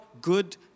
good